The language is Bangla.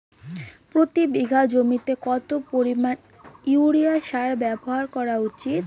প্রতি বিঘা জমিতে কত পরিমাণ ইউরিয়া সার ব্যবহার করা উচিৎ?